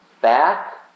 back